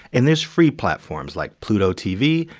and there's free platforms like pluto tv,